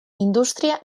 industria